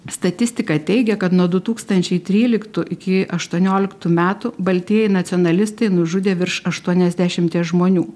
statistika teigia kad nuo du tūkstančiai tryliktų iki aštuonioliktų metų baltieji nacionalistai nužudė virš aštuoniasdešimties žmonių